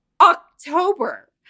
October